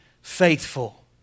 faithful